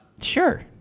Sure